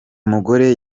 mugore